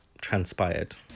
transpired